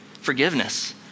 forgiveness